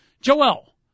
Joel